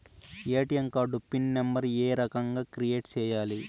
ATM card pin number ఏ రకంగా create సేయాలి